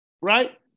Right